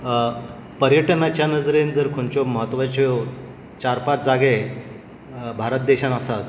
पर्यटनाच्या नजरेन जर खंयच्यो म्हत्वाच्यो चार पांच जागे भारत देशान आसात